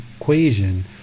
equation